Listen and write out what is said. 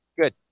good